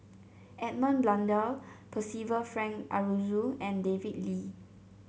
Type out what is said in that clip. Edmund Blundell Percival Frank Aroozoo and David Lee